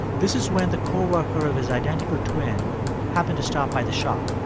this is when the co-worker of his identical twin happened to stop by the shop.